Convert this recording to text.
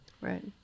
Right